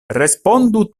respondu